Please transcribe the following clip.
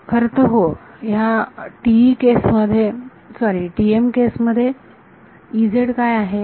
खरतर होय ह्या TE केस मध्ये सॉरी TM केस मध्ये काय आहे